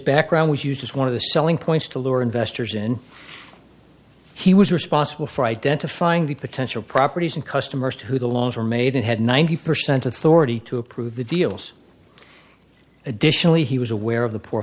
background was used as one of the selling points to lure investors in he was responsible for identifying the potential properties and customers who the loans were made and had ninety percent of thora to approve the deals additionally he was aware of the poor